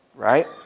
Right